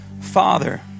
Father